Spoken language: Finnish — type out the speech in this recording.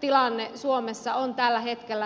tilanne suomessa on tällä hetkellä